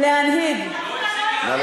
עבר